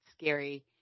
scary